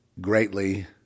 greatly